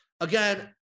Again